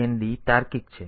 તેથી ANL એ AND તાર્કિક છે